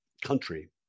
country